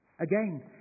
Again